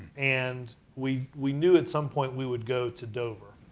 and we we knew at some point we would go to dover.